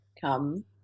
come